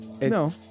no